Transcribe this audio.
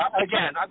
Again